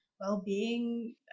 well-being